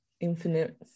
infinite